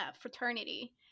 fraternity